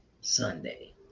Sunday